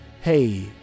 hey